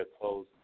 close